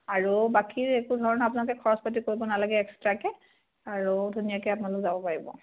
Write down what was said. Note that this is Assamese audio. আৰু বাকী একো ধৰণৰ আপোনালোকে খৰচ পাতি কৰিব নালাগে এক্সট্ৰাকৈ আৰু ধুনীয়াকৈ আপোনালোক যাব পাৰিব